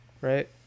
right